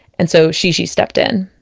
and so shishi stepped in.